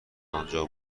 انجا